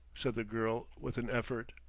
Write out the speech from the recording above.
said the girl with an effort.